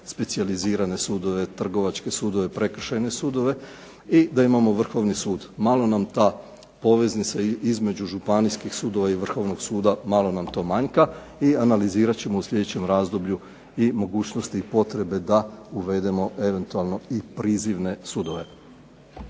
specijalizirane sudove, trgovačke sudove, prekršajne sudove i da imamo Vrhovni sud. Malo nam ta poveznica između županijskih sudova i Vrhovnog suda malo nam to manjka. I analizirat ćemo u sljedećem razdoblju i mogućnosti i potrebe da uvedemo eventualno i prizivne sudove.